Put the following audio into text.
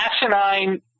asinine